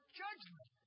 judgment